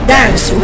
Dance